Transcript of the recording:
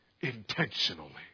intentionally